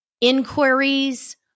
inquiries